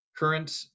Current